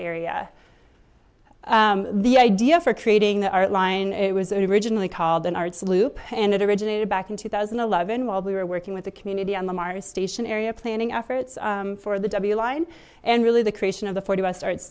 area the idea for creating the art line it was originally called an arts loop and it originated back in two thousand and eleven while we were working with the community on lamar's station area planning efforts for the w line and really the creation of the forty west arts